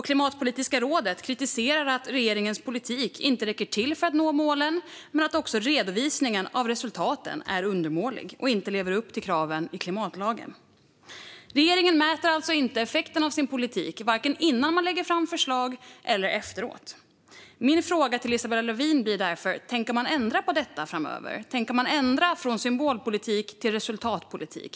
Klimatpolitiska rådet kritiserar att regeringens politik inte räcker till för att nå målen men också att redovisningen av resultaten är undermålig och inte lever upp till kraven i klimatlagen. Regeringen mäter alltså inte effekten av sin politik. Det gör man varken innan man lägger fram förslag eller efteråt. Min fråga till Isabella Lövin blir därför: Tänker man ändra på detta framöver? Tänker man gå från symbolpolitik till resultatpolitik?